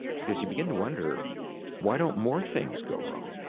because you begin to wonder why don't more things go wrong.